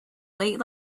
late